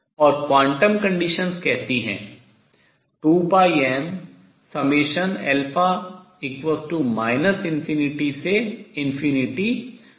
और quantum condition quantum शर्त कहती है